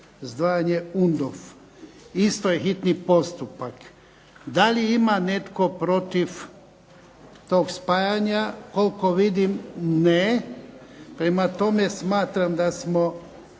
razdvajanje UNDOF, hitni postupak. Da li ima netko protiv tog spajanja?koliko vidim ne. Prema tome smatram da smo